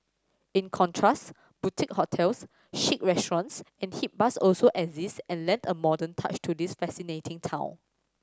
in contrast boutique hotels chic restaurants and hip bars also exist and lend a modern touch to this fascinating town